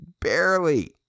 barely